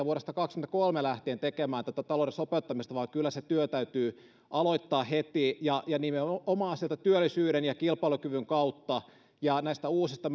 vuodesta kaksikymmentäkolme lähtien lähdetään tekemään tätä talouden sopeuttamista kyllä se työ täytyy aloittaa heti ja ja nimenomaan sieltä työllisyyden ja kilpailukyvyn kautta ja näistä uusista